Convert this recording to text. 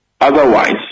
Otherwise